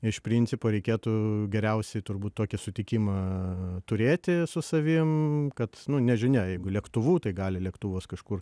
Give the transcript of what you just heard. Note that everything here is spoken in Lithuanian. iš principo reikėtų geriausiai turbūt tokį sutikimą turėti su savim kad nežinia jeigu lėktuvu tai gali lėktuvas kažkur